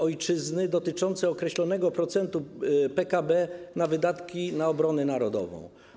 Ojczyzny dotyczący określonego procentu PKB na wydatki na obronę narodową.